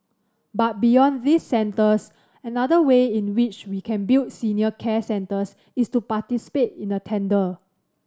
but beyond these centres another way in which we can build senior care centres is to participate in a tender